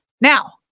now